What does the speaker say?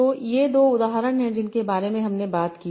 तो ये दो उदाहरण हैं जिनके बारे में हमने बात की